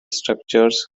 structures